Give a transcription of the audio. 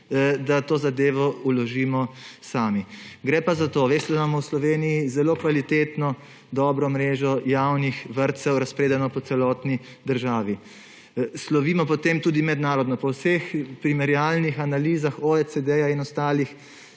da to zadevo vložimo sami. Gre pa za to: veste, da imamo v Sloveniji zelo kvalitetno, dobro mrežo javnih vrtcev, razpredeno po celotni državi. Slovimo po tem tudi mednarodno. Po vseh primerjalnih analizah OECD in ostalih